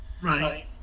Right